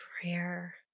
Prayer